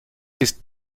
ist